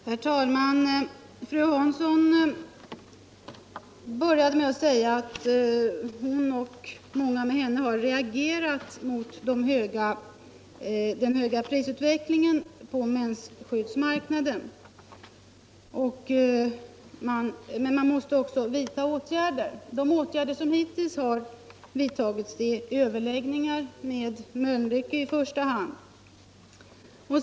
Herr talman! Fru Hansson började med att säga att hon och många med henne har reagerat mot prisutvecklingen på mensskyddsmarknaden. Men man måste också vidta åtgärder. De åtgärder som hittills har vidtagits är överläggningar med i första hand Mölnlycke.